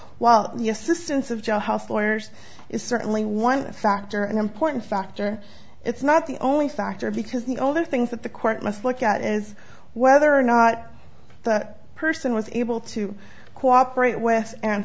lawyers is certainly one factor an important factor it's not the only factor because the all the things that the court must look at is whether or not that person was able to cooperate with and